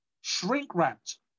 shrink-wrapped